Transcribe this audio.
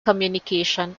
communication